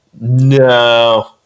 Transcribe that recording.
no